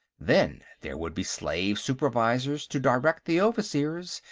then there would be slave supervisors to direct the overseers,